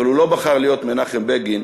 אבל הוא לא בחר להיות מנחם בגין,